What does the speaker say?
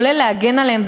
כולל להגן עליהם,